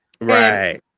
right